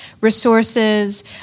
resources